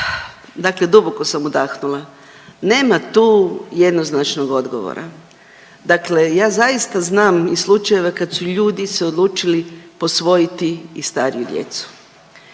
Dakle duboko sam udahnula. Nema tu jednoznačnog odgovora. Dakle ja zaista znam i slučajeva kad su ljudi se odlučili posvojiti i stariju djeci